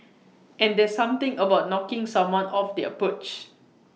and there's something about knocking someone off their perch